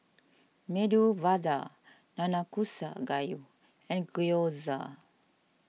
Medu Vada Nanakusa Gayu and Gyoza